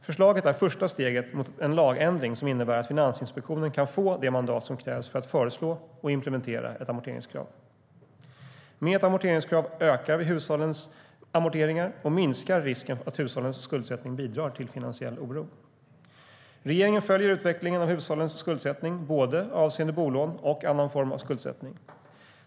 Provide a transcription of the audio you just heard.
Förslaget är första steget mot en lagändring som innebär att Finansinspektionen kan få det mandat som krävs för att föreslå och implementera ett amorteringskrav. Med ett amorteringskrav ökar vi hushållens amorteringar och minskar risken att hushållens skuldsättning bidrar till finansiell oro. Regeringen följer utvecklingen av hushållens skuldsättning både avseende bolån och annan form av skuldsättning.